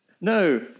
No